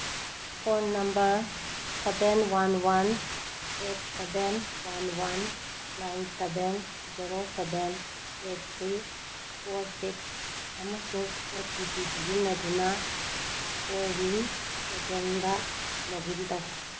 phone number seven one one eight seven one one nine seven zero seven eight three four six ꯑꯃꯁꯨꯡ O T P ꯁꯤꯖꯤꯟꯅꯗꯨꯅ CoWIN ꯄꯣꯔꯇꯦꯜꯗ login ꯇꯧ